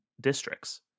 districts